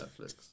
Netflix